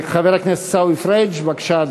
חבר הכנסת עיסאווי פריג' בבקשה,